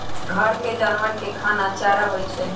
घर के जानवर के खाना चारा होई छई